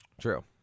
True